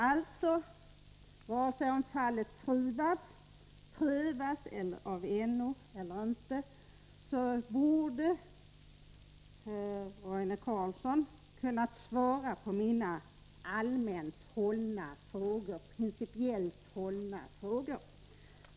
Oberoende av om fallet Trivab prövas av NO eller inte borde herr Roine Carlsson ha kunnat svara på mina principiella, allmänt hållna frågor.